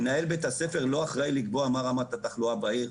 מנהל בית הספר לא אחראי לקבוע מה רמת התחלואה בעיר,